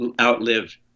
outlive